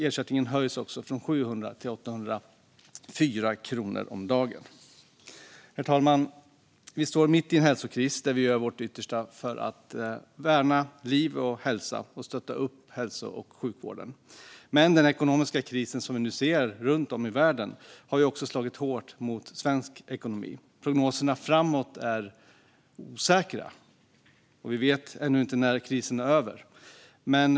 Ersättningen höjs också från 700 till 804 kronor om dagen. Herr talman! Vi står mitt i en hälsokris där vi gör vårt yttersta för att värna liv och hälsa och stötta upp hälso och sjukvården. Men den ekonomiska krisen som vi nu ser runt om i världen har också slagit hårt mot svensk ekonomi. Prognoserna framåt är osäkra, och vi vet ännu inte när krisen är över.